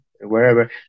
wherever